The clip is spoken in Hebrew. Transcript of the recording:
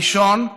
הראשון,